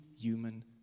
human